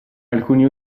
alcuni